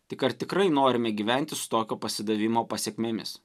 tik ar tikrai norime gyventi su tokio pasidavimo pasekmėmis